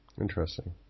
Interesting